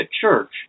church